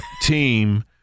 team